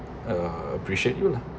er appreciate you